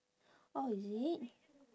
orh is it